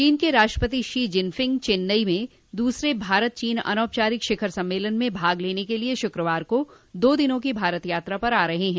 चीन के राष्ट्रपति शी जिनफिंग चेन्नई में दूसरे भारत चीन अनौपचारिक शिखर सम्मेलन में भाग लेने के लिए शुक्रवार को दो दिनों की भारत यात्रा पर आ रहे हैं